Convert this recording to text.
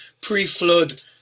pre-flood